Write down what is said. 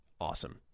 awesome